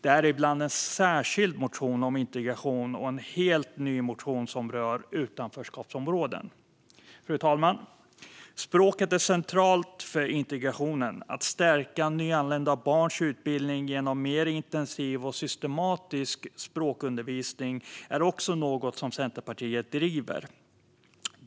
Däribland fanns en särskild motion om integration och en helt ny motion som rör utanförskapsområden. Fru talman! Språket är centralt för integrationen. Att stärka nyanlända barns utbildning genom mer intensiv och systematisk språkundervisning är också något som Centerpartiet driver.